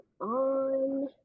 on